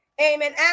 amen